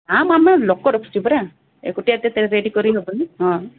ହଁ ଆମେ ଲୋକ ରଖିଛୁ ପରା ଏକୁଟିଆ ଏତେ ରେଡି କରିହେବନି ହଁ